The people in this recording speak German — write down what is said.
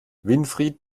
winfried